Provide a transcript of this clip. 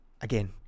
again